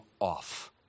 off